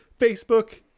facebook